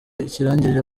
ikirangirire